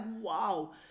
wow